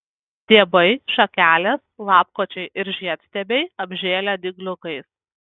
stiebai šakelės lapkočiai ir žiedstiebiai apžėlę dygliukais